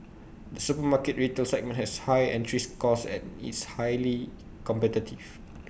the supermarket retail segment has high entries costs and is highly competitive